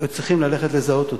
היו צריכים ללכת לזהות אותו,